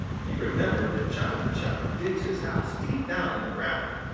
he remembered that johnny chuck digs his house deep down in the ground.